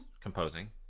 composing